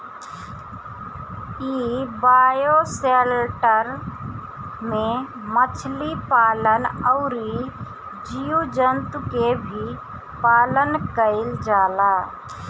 इ बायोशेल्टर में मछली पालन अउरी जीव जंतु के भी पालन कईल जाला